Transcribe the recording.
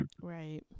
Right